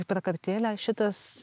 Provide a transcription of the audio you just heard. į prakartėlę šitas